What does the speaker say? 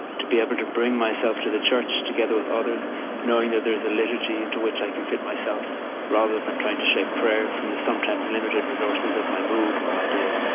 to be able to bring myself to the church together with others knowing that there is a liturgy in to which i can fit myself rather than trying to shape prayer from the sometimes limited resources of my mood or my day.